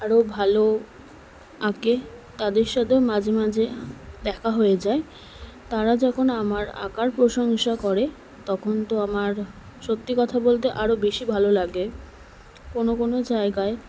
আরও ভালো আঁকে তাদের সাথেও মাঝে মাঝে দেখা হয়ে যায় তারা যখন আমার আঁকার প্রশংসা করে তখন তো আমার সত্যি কথা বলতে আরও বেশি ভালো লাগে কোনও কোনও জায়গায়